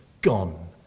gone